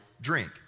drink